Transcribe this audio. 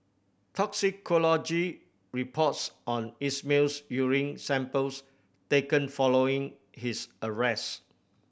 toxicology reports on Ismail's urine samples taken following his arrest